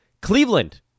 Cleveland